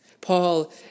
Paul